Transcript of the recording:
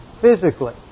physically